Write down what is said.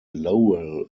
lowell